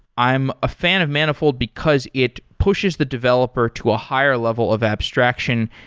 i'm a fan of manifold because it pushes the developer to a higher level of abstraction,